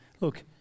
look